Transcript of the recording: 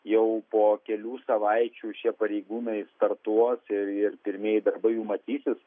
jau po kelių savaičių šie pareigūnai startuos ir ir pirmieji darbai jau matysis